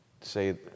say